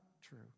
true